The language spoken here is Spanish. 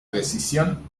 decisión